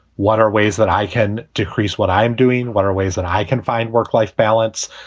what are ways that i can decrease what i am doing? what are ways that i can find work life balance,